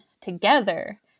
together